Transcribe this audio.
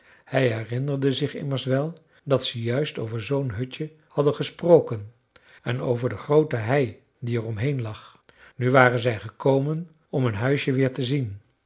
hij herinnerde zich immers wel dat ze juist over zoo'n hutje hadden gesproken en over de groote hei die er omheen lag nu waren zij gekomen om hun huisje weer te zien